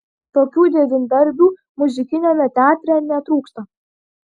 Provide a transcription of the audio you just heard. tokių devyndarbių muzikiniame teatre netrūksta